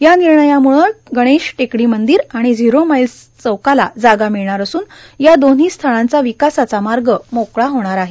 या निर्णयामुळं गणेश टेकडी मंदीर आणि झिरो माईल्स चौकाला जागा मिळणार असून या दोन्ही स्थळांचा विकासाचा मार्ग मोकळा होणार आहे